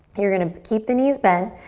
you're gonna keep the knees bent.